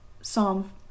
Psalm